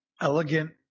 elegant